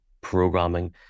programming